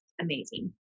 amazing